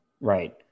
right